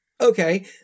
Okay